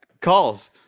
Calls